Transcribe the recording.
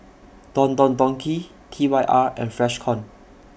Don Don Donki T Y R and Freshkon